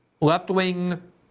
Left-wing